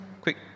quick